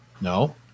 No